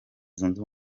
zunze